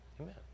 Amen